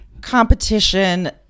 competition